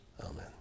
Amen